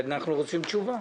אנחנו רוצים תשובה.